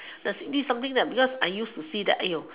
this is something that because I use to see that